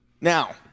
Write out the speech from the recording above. Now